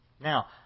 Now